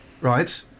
right